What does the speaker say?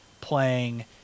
playing